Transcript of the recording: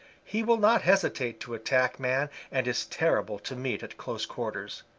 he will not hesitate to attack man and is terrible to meet at close quarters.